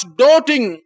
doting